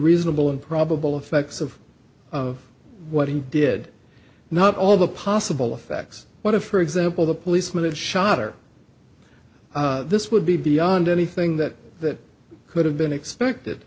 reasonable and probable effects of of what he did not all the possible effects what if for example the policeman had shot or this would be beyond anything that could have been expected